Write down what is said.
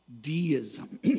Deism